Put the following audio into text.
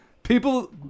People